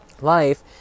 Life